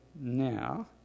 now